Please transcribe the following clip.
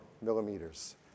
millimeters